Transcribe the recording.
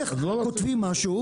אז איך כותבים משהו?